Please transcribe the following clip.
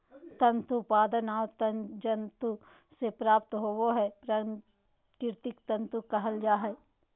तंतु पादप और जंतु से प्राप्त होबो हइ प्राकृतिक तंतु कहल जा हइ